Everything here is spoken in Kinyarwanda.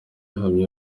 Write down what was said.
ihamye